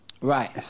Right